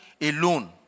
alone